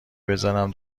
بزنم